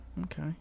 Okay